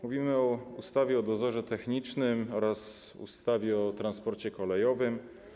Mówimy o ustawie o dozorze technicznym oraz ustawie o transporcie kolejowym.